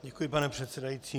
Děkuji, pane předsedající.